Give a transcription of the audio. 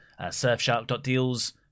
surfshark.deals